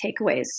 takeaways